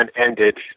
ended